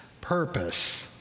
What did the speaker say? purpose